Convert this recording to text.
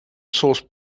source